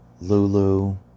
Lulu